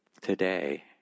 today